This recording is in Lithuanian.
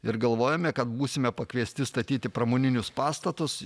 ir galvojome kad būsime pakviesti statyti pramoninius pastatus